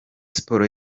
sports